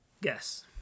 Guess